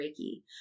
Reiki